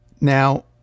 Now